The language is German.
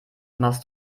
machst